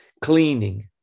cleaning